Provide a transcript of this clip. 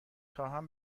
خواهم